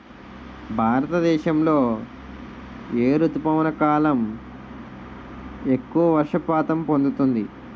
భారతదేశంలో ఏ రుతుపవన కాలం ఎక్కువ వర్షపాతం పొందుతుంది?